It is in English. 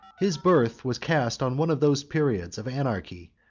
his birth was cast on one of those periods of anarchy,